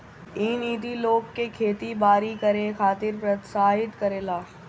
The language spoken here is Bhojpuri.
इ नीति लोग के खेती बारी करे खातिर प्रोत्साहित करेले